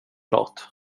klart